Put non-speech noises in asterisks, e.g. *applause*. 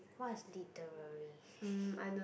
what is literary *breath*